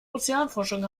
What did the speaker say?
ozeanforschung